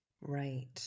Right